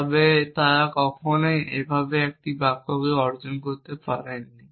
তবে তারা কখনই এইভাবে একটি বাক্যকে যোগ্যতা অর্জন করতে পারেনি